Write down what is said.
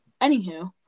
Anywho